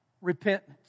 Repentance